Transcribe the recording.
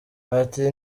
ati